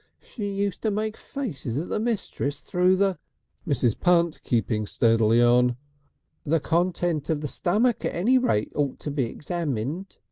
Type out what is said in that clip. she used to make faces at the mistress through the mrs. punt keeping steadily on the contents of the stummik at any rate ought to be examined.